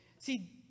See